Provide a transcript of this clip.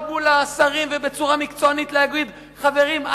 מול השרים ובצורה מקצוענית להגיד: חברים,